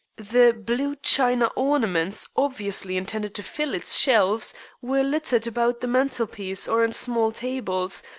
the blue china ornaments obviously intended to fill its shelves were littered about the mantelpiece or on small tables,